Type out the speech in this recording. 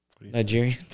Nigerian